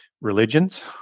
religions